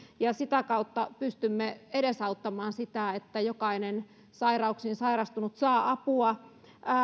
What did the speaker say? ja sitä kautta pystymme edesauttamaan sitä että jokainen näihin sairauksiin sairastunut saa apua